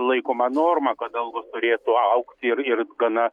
laikoma norma kad algos turėtų augti ir ir gana